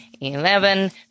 eleven